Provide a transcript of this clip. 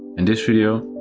in this video,